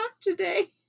today